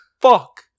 Fuck